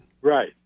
right